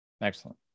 Excellent